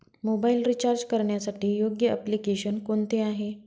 Mobile recharge करण्यासाठी योग्य application कोणते आहे?